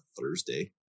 Thursday